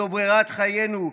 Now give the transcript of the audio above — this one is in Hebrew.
זו ברירת חיינו,